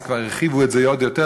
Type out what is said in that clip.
אז כבר הרחיבו את זה עוד יותר,